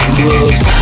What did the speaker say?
gloves